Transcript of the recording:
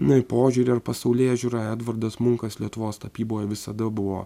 na ir požiūrį ar pasaulėžiūrą edvardas munkas lietuvos tapyboje visada buvo